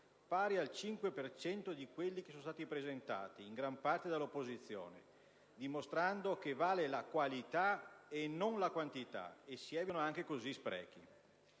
per cento di quelli che sono stati presentati, in gran parte dell'opposizione, dimostrando che vale la qualità e non la quantità, e si evitano anche così sprechi).